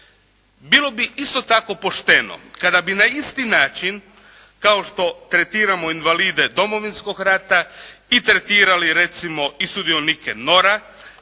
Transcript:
Bilo bi isto tako pošteno kada bi na isti način kao što tretiramo invalide Domovinskog rata i tretirali recimo i sudionike NOR-a,